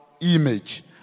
image